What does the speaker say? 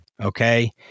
Okay